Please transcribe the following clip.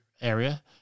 area